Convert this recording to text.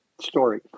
story